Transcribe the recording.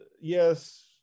yes